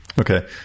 Okay